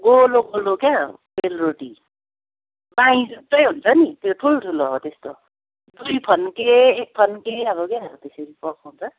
गोलो गोलो क्या हो सेलरोटी बाईँ जस्तै हुन्छ नि त्यो ठुलठुलो हो त्यस्तो दुई फन्के एक फन्के अब क्या हो हो त्यसेरी पकाउँछ